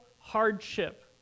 hardship